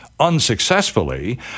unsuccessfully